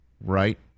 right